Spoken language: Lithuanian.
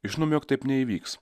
žinome jog taip neįvyks